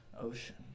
ocean